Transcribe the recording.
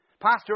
Pastor